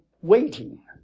waiting